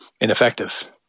ineffective